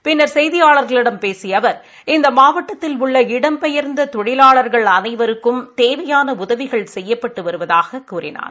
பின்னர் செய்தியாளர்களிடம் பேசிய அவர் இந்த மாவட்டத்தில் உள்ள இடம் பெயர்ந்த தொழிலாளர்கள் அனைவருக்கும் தேவையான உதவிகள் செய்யப்பட்டு வருவதாகக் கூறினார்